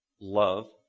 love